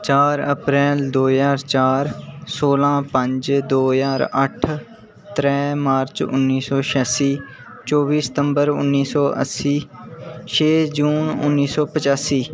चार अप्रैल दौ ह्जार चार सोलां पंज दो हजार अट्ठ त्रै मार्च उन्नी सौ छेआसी चौह्बी सितम्बर उन्नी सौ अस्सी छै जून उन्नी सौ पचासी